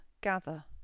gather